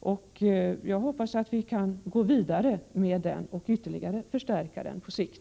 och jag hoppas att vi kan gå vidare och ytterligare förstärka den på sikt.